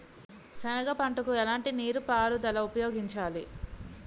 సెనగ పంటకు ఎలాంటి నీటిపారుదల ఉపయోగించాలి?